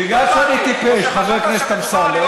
בגלל שאני טיפש, חבר הכנסת אמסלם.